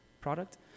product